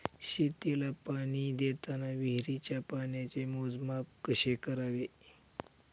शेतीला पाणी देताना विहिरीच्या पाण्याचे मोजमाप कसे करावे?